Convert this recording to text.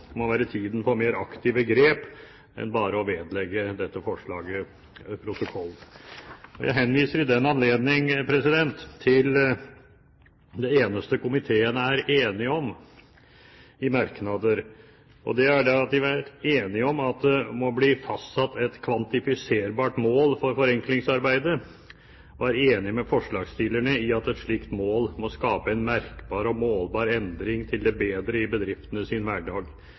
må være tid for mer aktive grep enn bare å vedlegge dette forslaget protokollen. Jeg henviser i den anledning til det eneste komiteen er enig om i merknader, nemlig at det må bli fastsatt et kvantifiserbart mål for forenklingsarbeidet, og komiteen er enig med forslagsstillerne i at et slikt mål må skape en merkbar og målbar endring til det bedre i bedriftenes hverdag.